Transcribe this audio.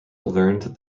learned